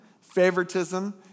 favoritism